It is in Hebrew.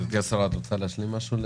גברתי השרה, את רוצה להשלים משהו?